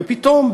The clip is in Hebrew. ופתאום,